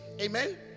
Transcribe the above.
Amen